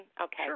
okay